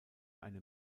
eine